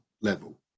level